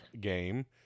game